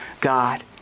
God